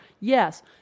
Yes